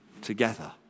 together